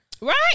Right